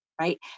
right